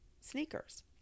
sneakers